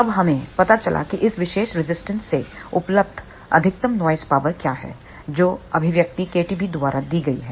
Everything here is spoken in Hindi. तब हमें पता चला कि इस विशेष रेजिस्टेंस से उपलब्ध अधिकतम नॉइस पावर क्या है जो अभिव्यक्ति kTB द्वारा दी गई है